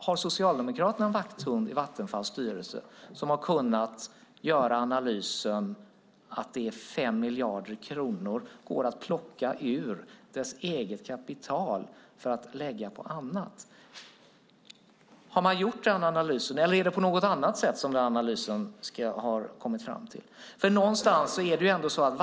Har Socialdemokraterna en vakthund i Vattenfalls styrelse som har kunnat göra analysen att 5 miljarder går att plocka ur företagets kapital för att lägga på annat? Har man gjort den analysen, eller har den kommit fram på något annat sätt?